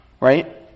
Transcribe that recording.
right